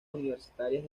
universitarias